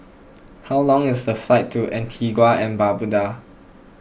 how long is the flight to Antigua and Barbuda